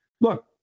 Look